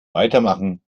weitermachen